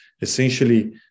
essentially